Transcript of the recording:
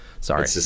Sorry